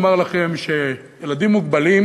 אומר לכם שילדים מוגבלים